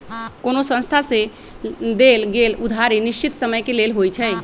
कोनो संस्था से देल गेल उधारी निश्चित समय के लेल होइ छइ